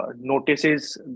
notices